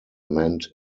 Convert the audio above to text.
meant